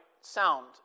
sound